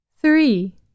three